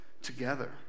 together